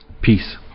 Peace